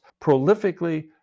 prolifically